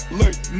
late